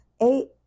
eight